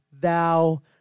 thou